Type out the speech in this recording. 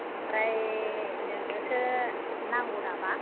ओमफ्राय नोंनोसो नांगौ नामा